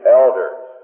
elders